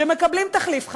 שמקבלים תחליף חלב.